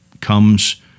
comes